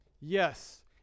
Yes